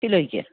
കിലോയ്ക്ക്